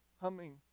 humming